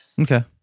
Okay